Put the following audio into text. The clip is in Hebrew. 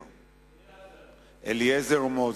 מוזס.